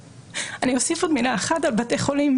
אני אוסיף עוד מילה אחת על בתי חולים